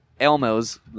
Elmo's